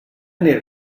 need